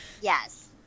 Yes